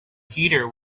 heater